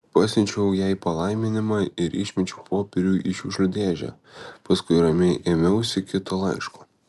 pasiunčiau jai palaiminimą ir išmečiau popierių į šiukšlių dėžę paskui ramiai ėmiausi kito laiško